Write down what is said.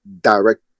direct